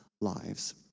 lives